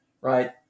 right